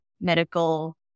medical